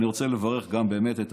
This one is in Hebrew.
אני רוצה לברך את המשרד.